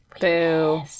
Boo